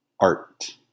art